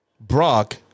Brock –